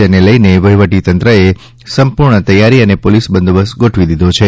જેને લઇને વહીવટીતંત્રએ સંપૂર્ણ તૈયારી અને પોલીસ બંદોબસ્ત ગોઠવી દીધો છે